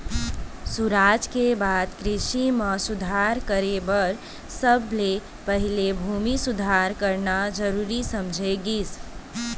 सुराज के बाद कृसि म सुधार करे बर सबले पहिली भूमि सुधार करना जरूरी समझे गिस